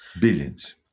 Billions